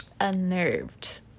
unnerved